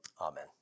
Amen